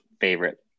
Favorite